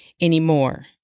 anymore